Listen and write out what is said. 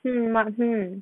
mm mm